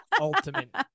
Ultimate